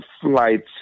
flights